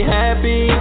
happy